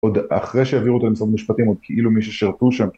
עוד אחרי שהעבירו אותה למשרד המשפטים, עוד כאילו מי ששירתו שם.